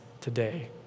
today